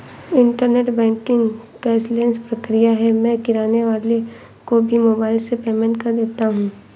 internet banking cashless प्रक्रिया है मैं किराने वाले को भी मोबाइल से पेमेंट कर देता हूँ